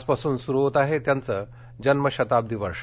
आजपासून सुरू होतं आहे त्यांचं जन्मशताब्दी वर्ष